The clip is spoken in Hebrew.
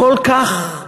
כל כך,